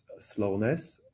slowness